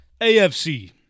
AFC